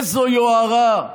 איזו יוהרה.